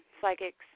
psychics